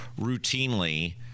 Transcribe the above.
routinely